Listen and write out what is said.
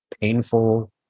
painful